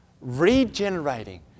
regenerating